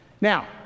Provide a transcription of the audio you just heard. Now